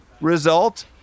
result